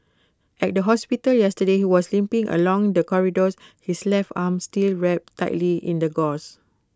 at the hospital yesterday he was limping along the corridors his left arm still wrapped tightly in the gauze